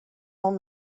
home